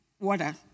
water